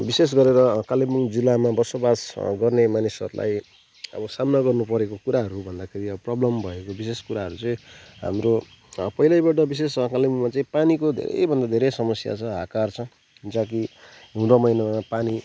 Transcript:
विशेष गरेर कालिम्पोङ जिल्लामा बसोबास गर्ने मानिसहरूलाई अब सामना गर्नु परेको कुराहरू भन्दाखेरि प्रब्लम भएको विशेष कुराहरू चाहिँ हाम्रो पहिल्यैबाट विशेष कालिम्पोङमा पानीको धेरैभन्दा धेरै समस्या छ हाहाकार छ जहाँ कि नौ महिनामा पानी